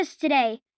today